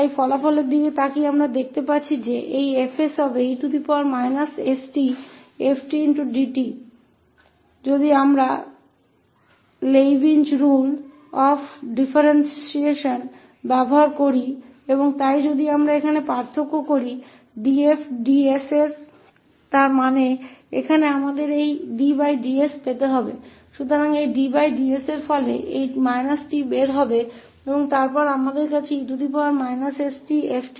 इस परिणाम को देखते हुए हम देख सकते हैं कि 𝐹 𝑠 e st𝑓𝑡dt है और अगर हम differentiation के Leibnitz नियम का उपयोग करते है तो अगर हम dFds को यहाँ डिफ्रेंटिट करते है इसका मतलब यहाँ भी हमे 𝑑 𝑑𝑠 तो यह ddsका एक परिणाम के रूप में 𝑡 आ जाएगा और फिर हमारे पास e st𝑓𝑡dtहै